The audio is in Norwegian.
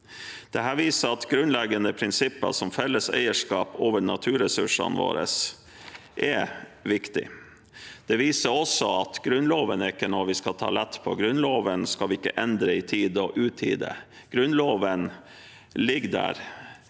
Dette viser at grunnleggende prinsipper, som felles eierskap over naturressursene våre, er viktig. Det viser også at Grunnloven ikke er noe vi skal ta lett på. Grunnloven skal vi ikke endre i tide og utide. Grunnloven ligger der